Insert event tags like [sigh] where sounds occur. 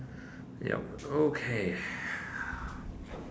ya okay [breath]